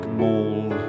mall